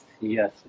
yes